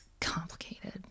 complicated